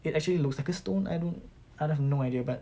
it actually looks like a stone I don't I have no idea but